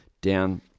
down